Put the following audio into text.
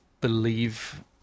believe